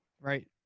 right